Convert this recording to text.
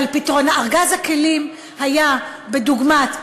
ארגז הכלים היה בדוגמת עמותות,